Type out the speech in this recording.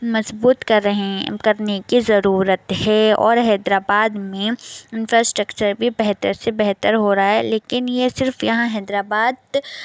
مضبوط کر رہے کرنے کی ضرورت ہے اور حیدر آباد میں انفراسٹرکچر بھی بہتر سے بہتر ہو رہا ہے لیکن یہ صرف یہاں حیدر آباد